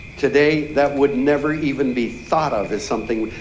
today that would never even be thought of as something,